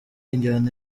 injyana